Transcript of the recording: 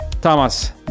Thomas